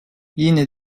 yine